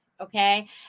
Okay